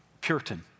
Puritan